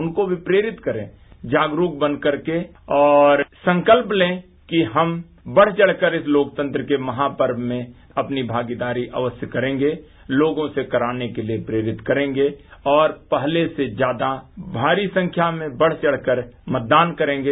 उनको भी प्रेरित करें जागरूक बनकर और संकल्प ले हम बढ़चढ़कर इस लोकतंत्र के महापर्व में अपनी भागीदारी सुनिश्चित करके लोगों से कराने के लिए प्रेरित करेंगे और पहले से ज्यादा भारी संख्या में बढ़ चढ़कर मतदान करेंगे